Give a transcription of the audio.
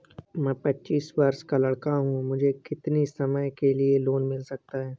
मैं पच्चीस वर्ष का लड़का हूँ मुझे कितनी समय के लिए लोन मिल सकता है?